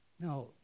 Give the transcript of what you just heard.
Now